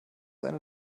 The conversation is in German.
eine